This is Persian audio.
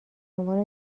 عنوان